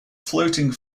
floating